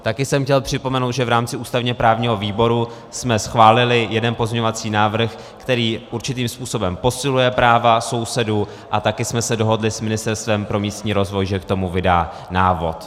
Taky jsem chtěl připomenout, že v rámci ústavněprávního výboru jsme schválili jeden pozměňovací návrh, který určitým způsobem posiluje práva sousedů, a taky jsme se dohodli s Ministerstvem pro místní rozvoj, že k tomu vydá návod.